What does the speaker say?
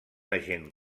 agent